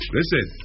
listen